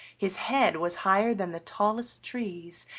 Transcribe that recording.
his head was higher than the tallest trees,